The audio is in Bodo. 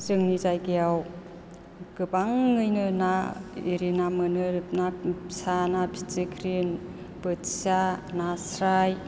जोंनि जायगायाव गोबाङैनो ना इरि ना मोनो ना फिसा ना फिथिग्रि बोथिया नास्राय